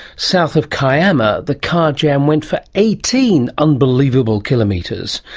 south of kiama, the car jam went for eighteen unbelievable kilometres.